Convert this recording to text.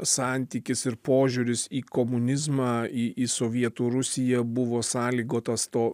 santykis ir požiūris į komunizmą į sovietų rusiją buvo sąlygotas to